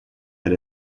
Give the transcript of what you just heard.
had